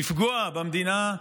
לפגוע במדינה,